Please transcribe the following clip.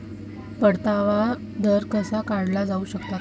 परतावा दर कसा काढला जाऊ शकतो?